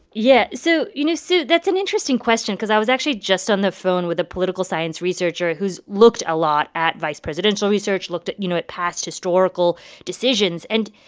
yeah. so, you know, sue, that's an interesting question cause i was actually just on the phone with a political science researcher who's looked a lot at vice presidential research, looked at, know, at past historical decisions. and,